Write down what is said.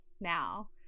now